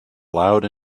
loud